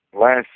last